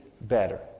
better